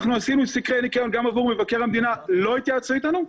אנחנו עשינו סקרי ניקיון גם עבור מבקר המדינה לא התייעצו איתנו.